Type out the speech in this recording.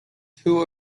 two